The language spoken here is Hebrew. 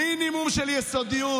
מינימום של יסודיות.